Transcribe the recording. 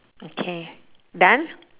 okay done